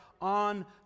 on